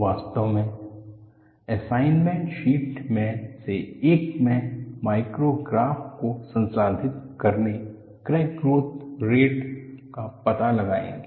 वास्तव में assignment sheet में से एक में माइक्रोग्राफ को संसाधित करके क्रैक ग्रोथ रेट का पता लगाएंगे